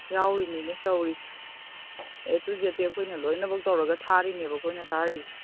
ꯌꯥꯎꯔꯤꯅꯤꯅꯦ ꯇꯧꯔꯤꯁꯦ A to ꯖꯦꯠꯇꯤ ꯑꯩꯈꯣꯏꯅ ꯂꯣꯏꯅꯕꯛ ꯇꯧꯔꯒ ꯊꯥꯔꯤꯅꯦꯕ ꯑꯩꯈꯣꯏꯅ ꯊꯥꯔꯤꯁꯦ